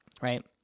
right